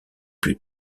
plus